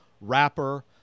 rapper